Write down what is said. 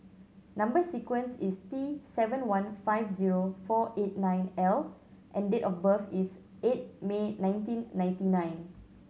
number sequence is T seven one five zero four eight nine L and date of birth is eight May nineteen ninety nine